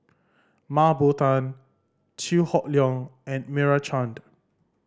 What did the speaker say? Mah Bow Tan Chew Hock Leong and Meira Chand